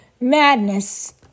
madness